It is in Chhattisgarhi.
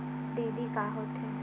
डी.डी का होथे?